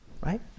right